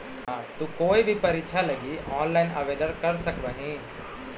तु कोई भी परीक्षा लगी ऑनलाइन आवेदन कर सकव् हही